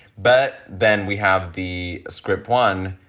but then we have the script, one,